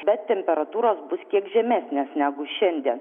bet temperatūros bus kiek žemesnės negu šiandien